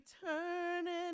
turning